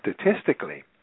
statistically